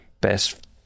best